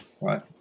Right